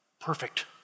perfect